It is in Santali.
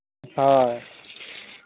ᱦᱳᱭ